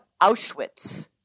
Auschwitz